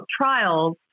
trials